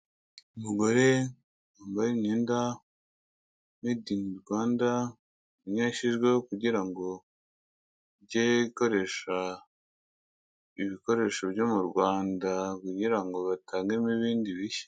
Umugore wambaye imyenda ya medi ini Rwanda, niyo yashyizweho kugira ngo ige ikoresha ibikoresho byo mu Rwanda kugira ngo batangemo ibindi bishya.